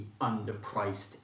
underpriced